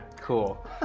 cool